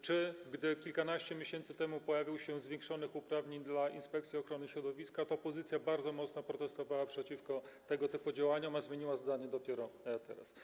Czy gdy kilkanaście miesięcy temu pojawiła się kwestia zwiększonych uprawnień dla Inspekcji Ochrony Środowiska, to opozycja bardzo mocno protestowała przeciwko tego typu działaniom, a zmieniła zdanie dopiero teraz?